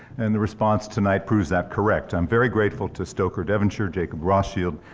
and the response tonight proves that correct. i'm very grateful to stoker devonshire, david rothschild,